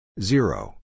zero